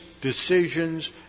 decisions